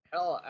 Hell